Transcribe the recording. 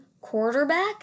quarterback